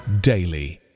daily